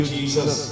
Jesus